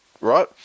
right